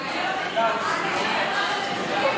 לא נתקבלה.